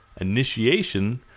initiation